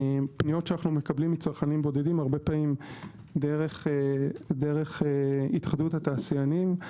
פניות שאנו מקבלים מצרכנים בודדים הרבה פעמים דרך התאחדות התעשיינים,